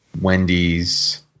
Wendy's